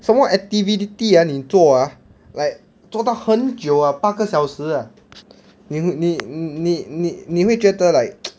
什么 activity ah 你做 ah like 做到很久 ah 八个小时 ah 你你你你你会觉得 like